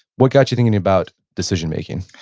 what got you thinking about decision making?